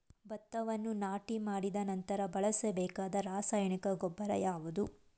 ಭತ್ತವನ್ನು ನಾಟಿ ಮಾಡಿದ ನಂತರ ಬಳಸಬೇಕಾದ ರಾಸಾಯನಿಕ ಗೊಬ್ಬರ ಯಾವುದು?